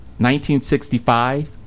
1965